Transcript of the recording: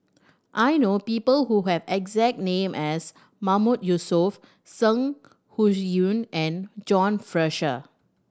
I know people who have exact name as Mahmood Yusof Zeng and John Fraser